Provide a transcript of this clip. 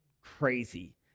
crazy